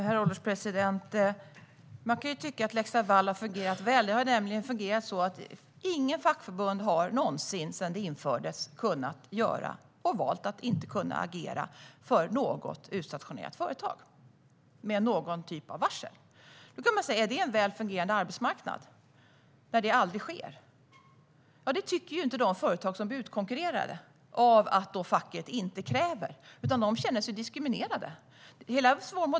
Herr ålderspresident! Man kan tycka att lex Laval har fungerat väl. Den har ju fungerat så att inget fackförbund sedan den infördes någonsin har kunnat agera för något utstationerat företag med någon typ av varsel. Är det en väl fungerande arbetsmarknad när detta aldrig sker? Det tycker ju inte de företag som blir utkonkurrerade av att facket inte ställer krav, utan de känner sig diskriminerade.